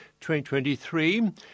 2023